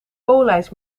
poolijs